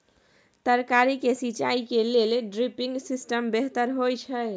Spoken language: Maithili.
तरकारी के सिंचाई के लेल ड्रिपिंग सिस्टम बेहतर होए छै?